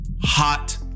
hot